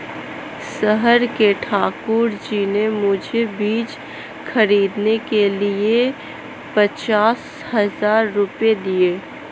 शहर के ठाकुर जी ने मुझे बीज खरीदने के लिए पचास हज़ार रूपये दिए